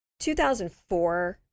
2004